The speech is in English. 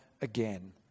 again